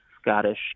Scottish